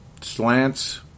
slants